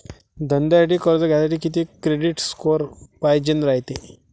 धंद्यासाठी कर्ज घ्यासाठी कितीक क्रेडिट स्कोर पायजेन रायते?